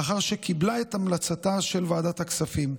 לאחר שקיבלה את המלצתה של ועדת הכספים,